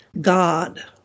God